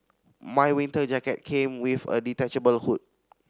my winter jacket came with a detachable hood